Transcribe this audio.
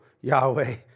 Yahweh